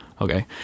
Okay